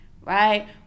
right